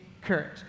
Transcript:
courage